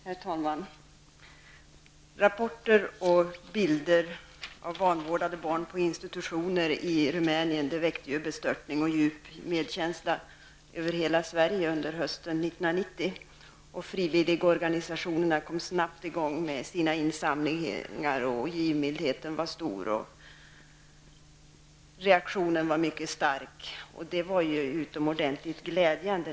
Herr talman! Rapporter om och bilder av vanvårdade barn på institutioner i Rumänien väckte bestörtning och djup medkänsla över hela Sverige under hösten 1990. Frivilligorganisationer kom snabbt i gång med insamlingar, och givmildheten var stor. Denna starka reaktion var oerhört glädjande.